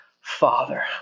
Father